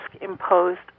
imposed